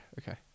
okay